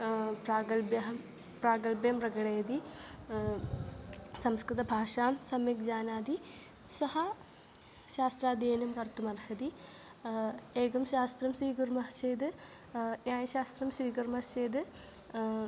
प्रागल्प्यं प्रागल्प्यं प्रकटयति संस्कृतभाषां सम्यक् जानाति सः शास्त्राध्ययनं कर्तुमर्हति एकं शास्त्रं स्वीकुर्मः चेत् न्यायशास्त्रं स्वीकुर्मश्चेत्